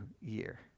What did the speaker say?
year